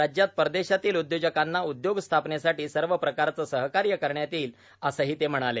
राज्यात परदेशातील उद्योजकांना उद्योग स्थापनेसाठी सर्व प्रकारचे सहकार्य करण्यात येईल असेही ते म्हणाले